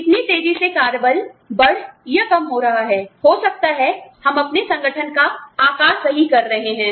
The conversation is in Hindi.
कितनी तेजी से कार्य बल बढ़ या कम हो रहा है हो सकता है हम अपने संगठन का आकार सही कर रहे हैं